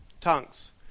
tongues